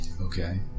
Okay